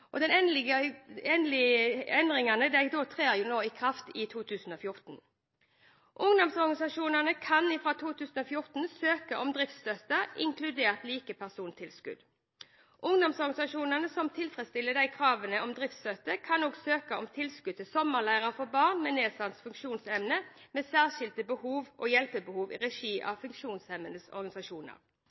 endelige endringene trer i kraft i 2014. Ungdomsorganisasjonene kan fra 2014 søke om driftsstøtte, inkludert likepersonstilskudd. Ungdomsorganisasjonene som tilfredsstiller kravene om driftsstøtte, kan også søke om tilskudd til sommerleirer for barn med nedsatt funksjonsevne med særskilte behov og hjelpebehov i regi av funksjonshemmedes organisasjoner.